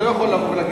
אני לא יכול להגיד,